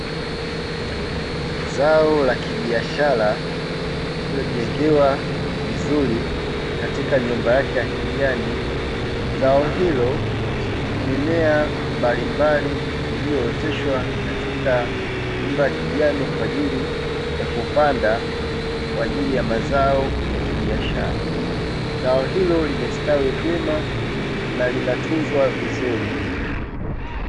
Zao la kibiashara lililojengewa vizuri katika nyumba yake ya kijani, zao hilo ni mimea mbalimbali iliyooteshwa katika nyumba ya kijani kwa ajili ya kupanda kwa ajili ya mazao ya kibiashara, zao hilo limestawi vyema na linatunzwa vizuri.